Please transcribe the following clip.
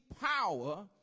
power